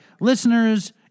listeners